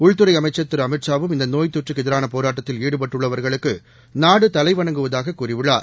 உள்துறை அமைச்ச் திரு அமித்ஷாவும் இந்த நோய் தொற்றுக்கு எதிரான போராட்டத்தில் ஈடுபட்டுள்ளவர்களுக்கு நாடு தலைவணங்குவதாக கூறியுள்ளார்